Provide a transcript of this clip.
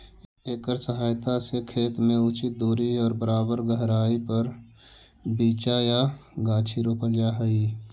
एकर सहायता से खेत में उचित दूरी और बराबर गहराई पर बीचा या गाछी रोपल जा हई